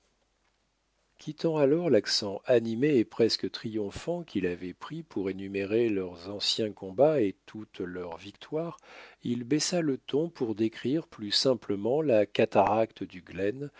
quittant alors l'accent animé et presque triomphant qu'il avait pris pour énumérer leurs anciens combats et toutes leurs victoires il baissa le ton pour décrire plus simplement la cataracte du glenn